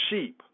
sheep